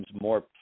more